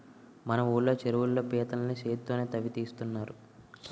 మన ఊళ్ళో చెరువుల్లో పీతల్ని చేత్తోనే తవ్వి తీస్తున్నారు